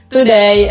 Today